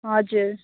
हजुर